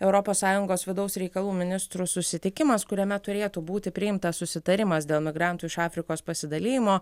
europos sąjungos vidaus reikalų ministrų susitikimas kuriame turėtų būti priimtas susitarimas dėl migrantų iš afrikos pasidalijimo